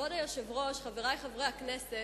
כבוד היושב-ראש, חברי חברי הכנסת,